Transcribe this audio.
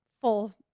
full